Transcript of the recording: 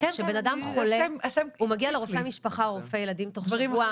כשבן אדם חולה הוא מגיע לרופא משפחה או רופא ילדים תוך שבוע,